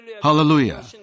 Hallelujah